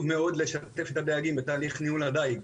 מאוד לשתף את הדייגים בתהליך ניהול הדיג.